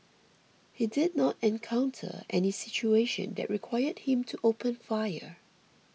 he did not encounter any situation that required him to open fire